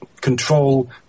control